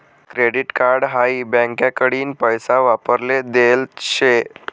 credit card हाई बँकाकडीन पैसा वापराले देल शे